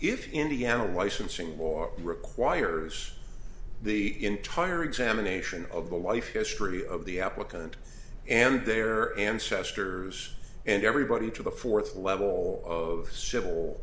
if indiana licensing more requires the entire examination of the life history of the applicant and their ancestors and everybody to the th level of civil